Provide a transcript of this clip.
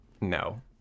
No